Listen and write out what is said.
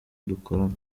dukorana